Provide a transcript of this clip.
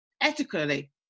ethically